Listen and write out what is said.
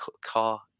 car